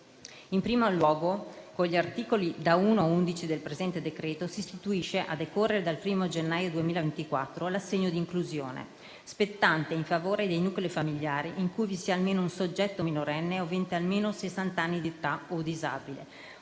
In primo luogo, con gli articoli da 1 a 11 del presente decreto si istituisce, a decorrere dal 1° gennaio 2024, l'Assegno di inclusione, spettante in favore dei nuclei familiari in cui vi sia almeno un soggetto minorenne o avente almeno sessanta anni di età o disabile